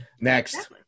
next